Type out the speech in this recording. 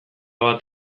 bat